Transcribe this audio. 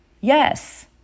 Yes